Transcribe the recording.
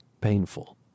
painful